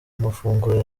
mafunguro